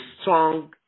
strong